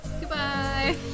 Goodbye